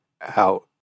out